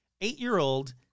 Eight-year-old